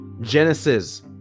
Genesis